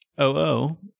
OO